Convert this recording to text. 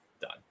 Done